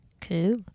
Cool